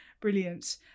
brilliant